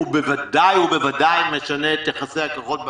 הוא ודאי ובוודאי משנה את יחסי הכוחות בבית.